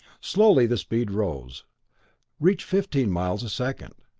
slowly the speed rose reached fifteen miles a second.